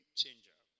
changer